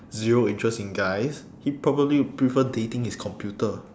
zero interest in guys he probably would prefer dating his computer